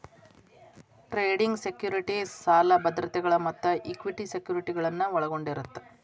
trading securities ಸಾಲ ಭದ್ರತೆಗಳ ಮತ್ತ ಇಕ್ವಿಟಿ ಸೆಕ್ಯುರಿಟಿಗಳನ್ನ ಒಳಗೊಂಡಿರತ್ತ